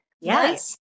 Yes